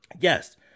Yes